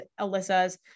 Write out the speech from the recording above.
Alyssa's